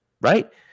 right